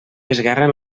esguerren